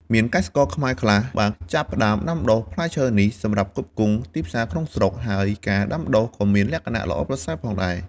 មានកសិករខ្មែរខ្លះបានចាប់ផ្តើមដាំដុះផ្លែឈើនេះសម្រាប់ផ្គត់ផ្គង់ទីផ្សារក្នុងស្រុក ហើយការដាំដុះក៏មានលក្ខណៈល្អប្រសើរផងដែរ។